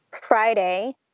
Friday